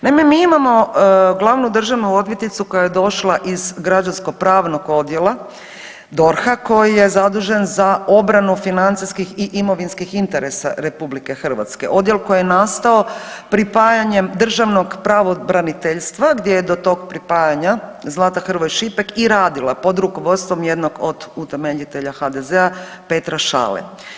Naime, mi imamo glavnu državnu odvjetnicu koja je došla iz građansko pravnog odjela, DORH-a koji je zadužen za obranu financijskih i imovinskih interesa RH, odjel koji je nastao pripajanjem državnog pravobraniteljstva gdje je do tog pripajanja Zlata Hrvoj Šipek i radila pod rukovodstvom jednog od utemeljitelja HDZ-a Petra Šale.